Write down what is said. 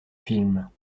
films